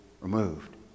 removed